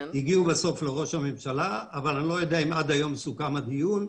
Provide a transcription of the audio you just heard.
בסוף הגיעו לראש הממשלה אבל אני לא יודע אם עד היום סוכם הדיון.